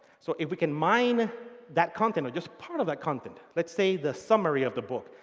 so if we can mine that content or just part of that content, let's say the summary of the book.